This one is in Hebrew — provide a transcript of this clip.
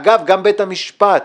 גם בית המשפט,